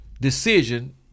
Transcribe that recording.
decision